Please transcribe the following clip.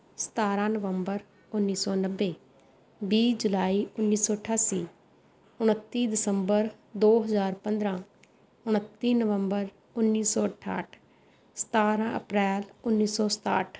ਸਤਾਰਾਂ ਨਵੰਬਰ ਉੱਨੀ ਸੌ ਨੱਬੇ ਵੀਹ ਜੁਲਾਈ ਉੱਨੀ ਸੌ ਅਠਾਸੀ ਉਣੱਤੀ ਦਸੰਬਰ ਦੋ ਹਜ਼ਾਰ ਪੰਦਰਾਂ ਉਣੱਤੀ ਨਵੰਬਰ ਉੱਨੀ ਸੌ ਅਠਾਹਠ ਸਤਾਰਾਂ ਅਪ੍ਰੈਲ ਉੱਨੀ ਸੌ ਸਤਾਹਠ